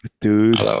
Dude